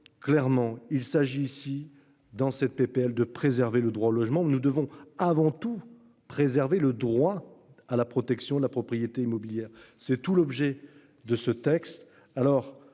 clairement il s'agit ici dans cette PPL de préserver le droit au logement. Nous devons avant tout préserver le droit à la protection de la propriété immobilière. C'est tout l'objet de ce texte